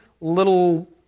little